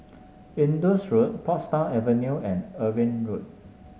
Indus Road Portsdown Avenue and Irving Road